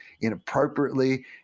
inappropriately